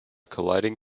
colliding